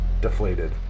deflated